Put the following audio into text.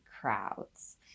crowds